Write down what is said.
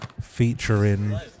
featuring